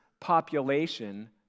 population